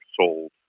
sold